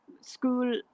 school